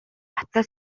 баттай